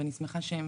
ואני שמחה שהם